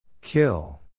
Kill